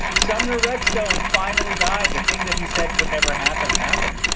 sumner redstone finally died. the thing that he said would never happen happened,